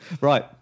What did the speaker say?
right